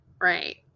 Right